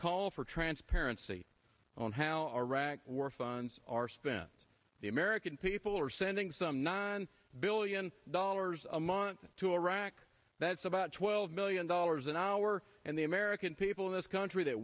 call for transparency on how iraq war funds are spent the american people are sending some nine billion dollars a month to iraq that's about twelve million dollars an hour and the american people in this country that